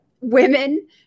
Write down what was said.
women